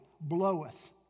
bloweth